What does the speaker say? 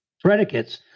predicates